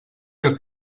que